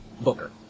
booker